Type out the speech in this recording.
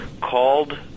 called